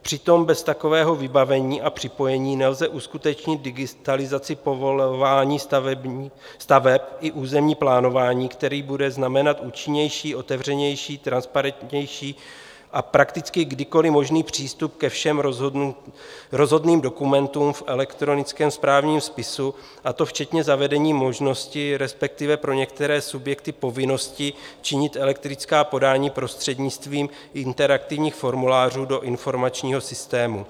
Přitom bez takového vybavení a připojení nelze uskutečnit digitalizaci povolování staveb i územní plánování, které bude znamenat účinnější, otevřenější, transparentnější a prakticky kdykoli možný přístup ke všem rozhodným dokumentům v elektronickém správním spisu, a to včetně zavedení možnosti, respektive pro některé subjekty povinnosti, činit elektronická podání prostřednictvím interaktivních formulářů do informačního systému.